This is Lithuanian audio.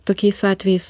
tokiais atvejais